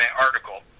article